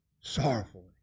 sorrowful